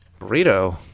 Burrito